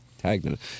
tagged